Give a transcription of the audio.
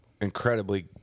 incredibly